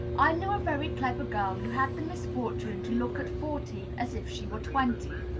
i knew a very clever girl, who had the misfortune to look at fourteen as if she were twenty.